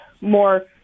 more